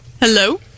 Hello